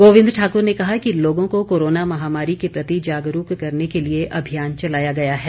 गोविन्द ठाकुर ने कहा कि लोगों को कोरोना महामारी के प्रति जागरूक करने के लिए अभियान चलाया गया है